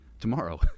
tomorrow